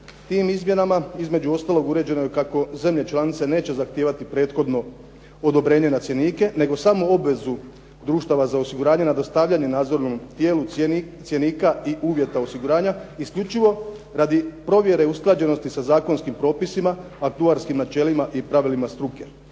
Tim izmjenama između ostalog uređeno je kako zemlje članice neće zahtijevati prethodno odobrenje na cjenike nego samo obvezu društava za osiguranje na dostavljanje nadzornom tijelu cjenika i uvjeta osiguranja isključivo radi provjere usklađenosti sa zakonskim propisima, aktuarskim načelima i pravilima struke.